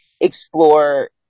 explore